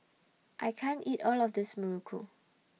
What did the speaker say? I can't eat All of This Muruku